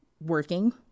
working